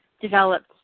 developed